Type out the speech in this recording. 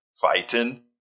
fighting